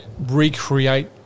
recreate